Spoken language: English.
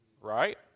right